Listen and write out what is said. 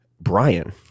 Brian